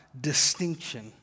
distinction